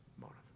motive